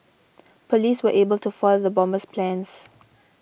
police were able to foil the bomber's plans